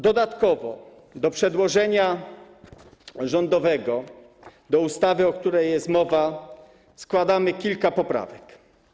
Dodatkowo do przedłożenia rządowego, do ustawy, o której jest mowa, składamy kilka poprawek.